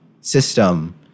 system